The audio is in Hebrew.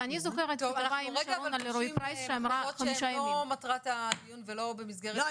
אנחנו רגע גולשים למחוזות שהם לא מטרת הדיון ולא במסגרת --- לא,